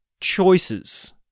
choices